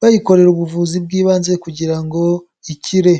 bayikorera ubuvuzi bw'ibanze kugira ngo ikire.